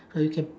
so you can